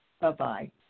Bye-bye